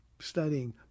studying